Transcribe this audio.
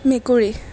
মেকুৰী